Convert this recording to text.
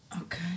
Okay